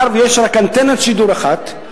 מאחר שיש רק אנטנת שידור אחת,